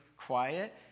quiet